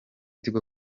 tigo